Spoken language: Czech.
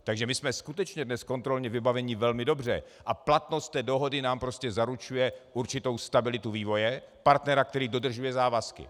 Takže my jsme skutečně dnes kontrolně vybaveni velmi dobře a platnost té dohody nám prostě zaručuje určitou stabilitu vývoje, partnera, který dodržuje závazky.